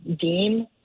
deem